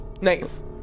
Nice